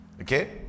Okay